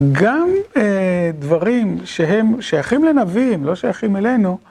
גם דברים שהם, שייכים לנביאים, לא שייכים אלינו.